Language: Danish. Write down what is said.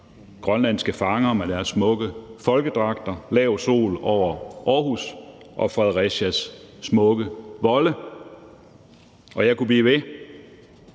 grønlandske fangere med deres smukke folkedragter, lav sol over Aarhus og Fredericias smukke volde, og jeg kunne blive ved,